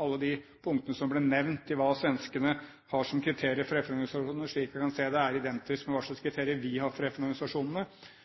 Alle de punktene som ble nevnt om hva svenskene har som kriterier for FN-organisasjonene, er, slik jeg kan se det, identisk med hva slags kriterier vi har for